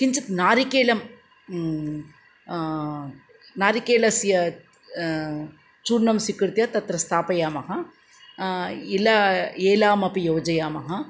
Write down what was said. किञ्चित् नारिकेलं नारिकेलस्य चूर्णं स्वीकृत्य तत्र स्थापयामः इला एलामपि योजयामः